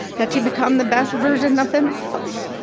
that to become the best version of themselves,